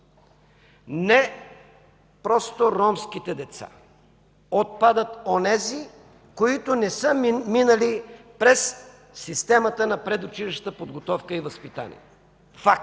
не просто ромските деца, отпадат онези, които не са минали през системата на предучилищната подготовка и възпитание. Факт